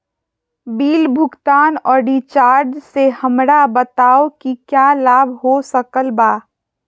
Bill भुगतान और recharge से हमरा बताओ कि क्या लाभ हो सकल बा?